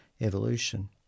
evolution